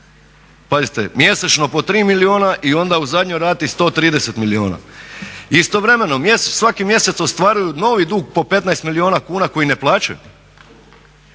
Pazite mjesečno po 3 milijuna i onda u zadnjoj rati 130 milijuna. Istovremeno svaki mjesec ostvaruju novi dug po 15 milijuna kuna koji ne plaćaju.